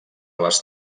les